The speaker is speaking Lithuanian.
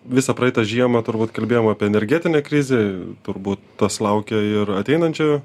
visą praeitą žiemą turbūt kalbėjom apie energetinę krizę turbūt tas laukia ir ateinančią